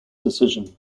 decision